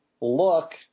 look